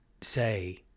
say